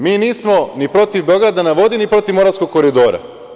Mi nismo ni protiv „Beograda na vodi“ ni protiv Moravskog koridora.